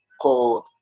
called